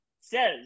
says